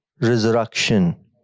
resurrection